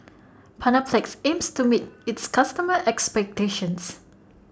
Panaflex aims to meet its customers' expectations